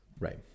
Right